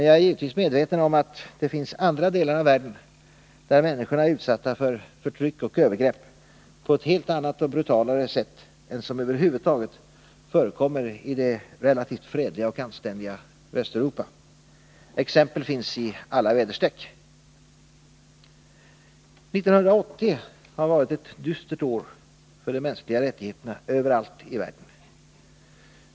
Jag är givetvis medveten om att det finns andra delar av världen, där människorna är utsatta för förtryck och övergrepp på ett helt annat och brutalare sätt än som över huvud taget förekommer i det relativt fredliga och anständiga Västeuropa. Exempel finns i alla väderstreck. 1980 har varit ett dystert år för de mänskliga rättigheterna över allt i världen.